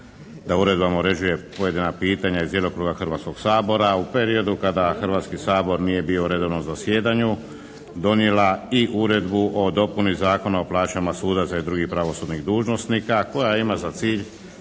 da uredbama uređuje pojedina pitanja iz djelokruga Hrvatskoga sabora u periodu kada Hrvatski sabor nije bio u redovnom zasjedanju donijela i uredbu o dopuni Zakona o plaćama sudaca i drugih pravosudnih dužnosnika koja ima za cilj